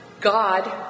God